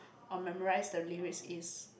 I memorize the lyrics is